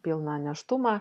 pilną nėštumą